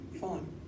fine